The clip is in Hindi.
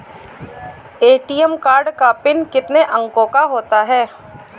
ए.टी.एम कार्ड का पिन कितने अंकों का होता है?